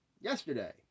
yesterday